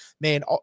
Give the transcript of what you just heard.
man